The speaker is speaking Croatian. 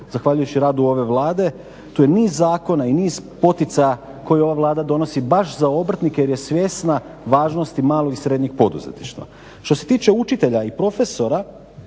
zahvaljujući radu ove Vlade. Tu je niz zakona i niz poticaja koje ova Vlada donosi baš za obrtnike jer je svjesna važnosti malih i srednjih poduzetništva. Što se tiče učitelja i profesora,